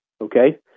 Okay